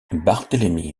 barthélemy